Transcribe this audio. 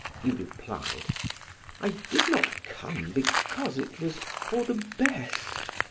he replied i did not come because it was for the best